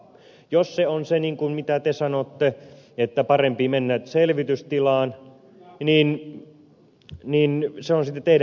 jos se on se mitä te sanotte että parempi mennä selvitystilaan niin se on sitten teidän mielipiteenne